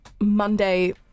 Monday